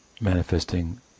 manifesting